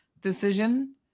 decision